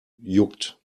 juckt